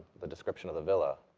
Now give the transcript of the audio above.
the description of the villa,